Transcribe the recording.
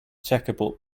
checkerboard